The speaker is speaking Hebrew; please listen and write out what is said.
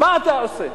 מה אתה עושה?